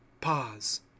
pause